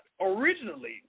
Originally